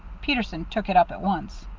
peterson took it up at once.